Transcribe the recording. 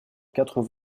quatre